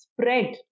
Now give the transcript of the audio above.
spread